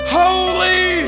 holy